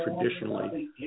traditionally